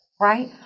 right